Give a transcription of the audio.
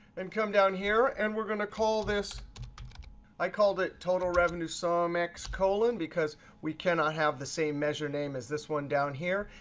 and come down here. and we're going to call this i called it total revenue sumx colon, because we cannot have the same measure name as this one down here.